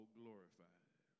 glorified